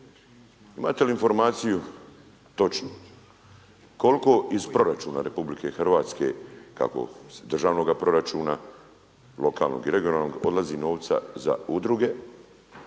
imate li informaciju točnu koliko iz proračuna RH kako državnoga proračuna, lokalnog i regionalnog odlazi novca za udruge?